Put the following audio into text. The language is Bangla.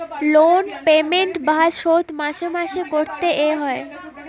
লোন পেমেন্ট বা শোধ মাসে মাসে করতে এ হয়